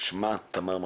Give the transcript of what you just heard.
שמה תמר מור-יוסף,